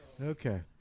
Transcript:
Okay